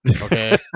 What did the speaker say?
okay